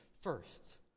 first